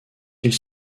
ils